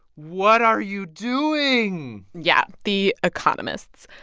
what are you doing? yeah, the economists.